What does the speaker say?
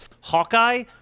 Hawkeye